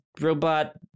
robot